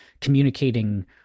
communicating